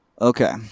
okay